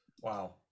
Wow